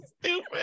stupid